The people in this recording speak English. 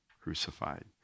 crucified